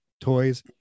toys